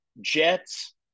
Jets